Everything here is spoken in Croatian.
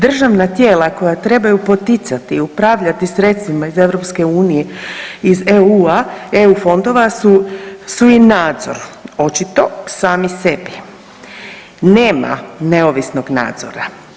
Državna tijela koja trebaju poticati i upravljati sredstvima iz EU, iz eu-a, eu fondova su, su i nadzor očito sami sebi, nema neovisnog nadzora.